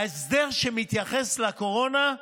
בהסדר שמתייחס לקורונה,